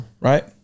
right